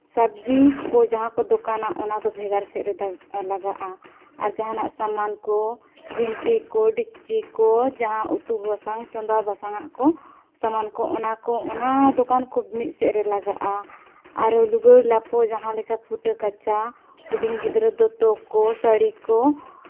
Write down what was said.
ᱥᱚᱵᱽᱡᱤ ᱠᱚ ᱡᱟᱦᱟᱸ ᱠᱚ ᱫᱚᱠᱟᱱᱟ ᱚᱱᱟ ᱫᱚ ᱵᱷᱮᱜᱟᱨ ᱥᱮᱫ ᱨᱮ ᱞᱟᱜᱟᱜᱼᱟ ᱟᱨ ᱡᱟᱦᱟᱱᱟᱜ ᱥᱟᱢᱟᱱ ᱠᱚ ᱵᱷᱮᱱᱴᱤ ᱠᱚ ᱰᱮᱠᱪᱤ ᱠᱚ ᱡᱟᱦᱟᱸ ᱩᱛᱩ ᱵᱟᱥᱟᱝ ᱪᱚᱸᱫᱟ ᱵᱟᱥᱟᱝ ᱟᱜ ᱠᱚ ᱥᱟᱢᱟᱱ ᱠᱚ ᱚᱱᱟ ᱠᱚ ᱚᱱᱟ ᱫᱚᱠᱟᱱ ᱠᱚ ᱢᱤᱫ ᱥᱮᱫ ᱨᱮ ᱞᱟᱜᱟᱜᱼᱟ ᱟᱨᱚ ᱞᱩᱜᱽᱲᱤ ᱞᱟᱯᱚ ᱡᱟᱦᱟᱸ ᱞᱮᱠᱟ ᱯᱷᱩᱴᱟᱹ ᱠᱟᱪᱟ ᱦᱩᱰᱤᱧ ᱜᱤᱫᱽᱨᱟᱹ ᱫᱚᱛᱚ ᱠᱚ ᱥᱟᱹᱲᱤ ᱠᱚ